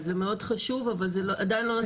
אז זה מאוד חשוב אבל זה עדיין לא נותן